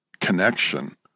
connection